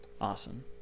Awesome